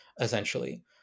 essentially